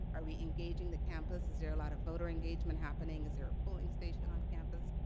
are we engaging the campus? is there a lot of voter engagement happening? is there a polling station on campus?